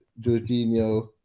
Jorginho